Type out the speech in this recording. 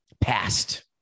past